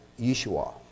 Yeshua